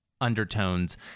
undertones